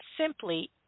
simply